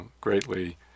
greatly